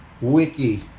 wiki